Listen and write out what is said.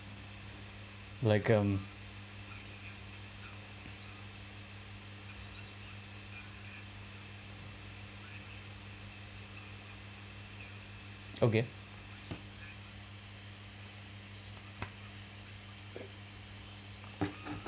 like um okay